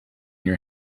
your